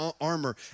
armor